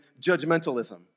judgmentalism